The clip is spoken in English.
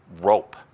rope